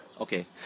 Okay